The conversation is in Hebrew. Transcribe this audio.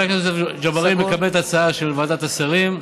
חבר הכנסת ג'בארין מקבל את ההצעה של ועדת השרים,